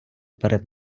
перед